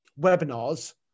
webinars